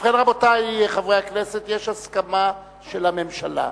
ובכן, רבותי חברי הכנסת, יש הסכמה של הממשלה,